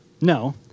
No